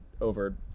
over